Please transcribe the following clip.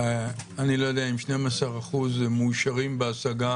אם 12% שמאושרים בהשגה